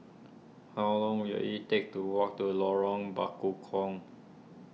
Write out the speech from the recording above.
how long will it take to walk to Lorong Bekukong